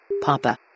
Papa